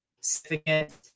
significant